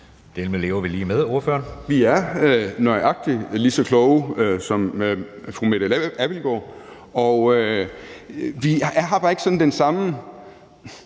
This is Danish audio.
Ole Birk Olesen (LA): Vi er nøjagtig lige så kloge som fru Mette Abildgaard. Vi har bare ikke sådan den samme